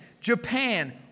Japan